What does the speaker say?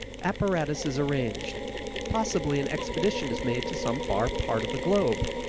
apparatus is arranged possibly an expedition is made to some far part of the globe.